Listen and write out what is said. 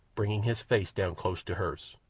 bringing his face down close to hers.